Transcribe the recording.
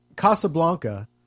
casablanca